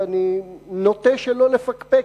ואני נוטה שלא לפקפק,